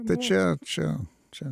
tai čia čia čia